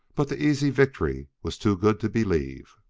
but the easy victory was too good to believe